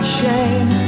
shame